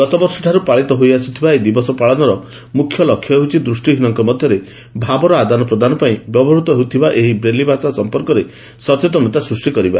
ଗତବର୍ଷରୁ ପାଳିତ ହୋଇଆସ୍କଥିବା ଏହି ଦିବସ ପାଳନର ମୁଖ୍ୟ ଲକ୍ଷ୍ୟ ହେଉଛି ଦୃଷ୍ଟିହୀନଙ୍କ ମଧ୍ୟରେ ଭାବର ଆଦାନପ୍ରଦାନ ପାଇଁ ବ୍ୟବହୃତ ହେଉଥିବା ଏହି ବ୍ରେଲି ଭାଷା ସମ୍ପର୍କରେ ସଚେତନତା ସୃଷ୍ଟି କରିବା